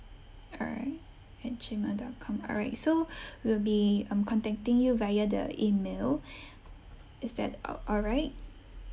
all right at Gmail dot come all right so we'll be um contacting you via the email is that a~ all right